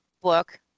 book